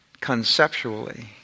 conceptually